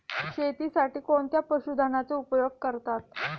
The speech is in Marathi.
शेतीसाठी कोणत्या पशुधनाचा उपयोग करतात?